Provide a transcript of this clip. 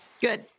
Good